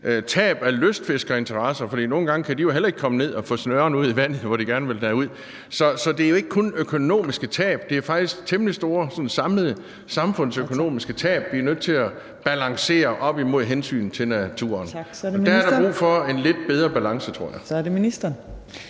tab af lystfiskerinteresser, for nogle gange kan de jo heller ikke komme ned og få snøren ud i vandet. Så det er jo ikke kun økonomiske tab. Det er faktisk temmelig store sådan samlede samfundsøkonomiske tab, som vi er nødt til at balancere op imod hensynet til naturen. Der er der brug for en lidt bedre balance, tror jeg. Kl. 14:35 Tredje